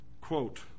Quote